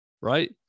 right